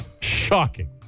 Shocking